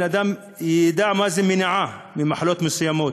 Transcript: שאדם ידע על מניעה של מחלות מסוימות,